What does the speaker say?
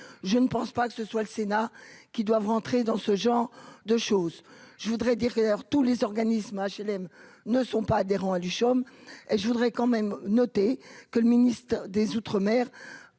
je ne pense pas que ce soit le Sénat qui doivent rentrer dans ce genre de chose je voudrais dire que d'ailleurs tous les organismes HLM ne sont pas adhérents à Luchon et je voudrais quand même noté que le ministre des Outre-Mer